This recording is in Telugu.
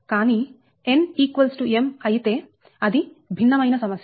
కానీ n m అయితే అది భిన్నమైన సమస్య